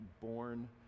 born